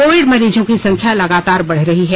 Covid मरीजों की संख्या लगातार बढ़ रही है